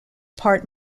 part